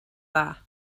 dda